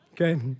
Okay